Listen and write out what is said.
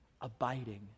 abiding